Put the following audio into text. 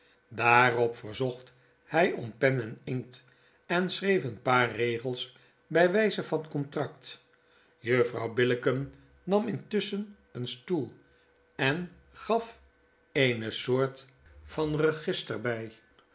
daarop verzocht hjj om pen en inkt en schreef een paar regels bij wgze van contract juffrouw billicken nam intusschen een stoel en gaf eene soort van register